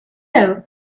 know